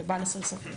למען הסר ספק.